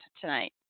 tonight